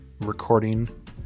recording